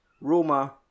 Roma